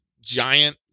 giant